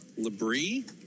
Labrie